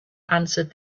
answered